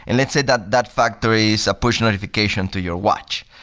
and let's say that that factory is a push notification to your watch.